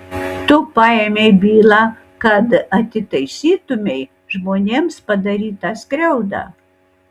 tu paėmei bylą kad atitaisytumei žmonėms padarytą skriaudą